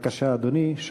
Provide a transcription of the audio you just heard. בבקשה, אדוני.